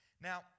Now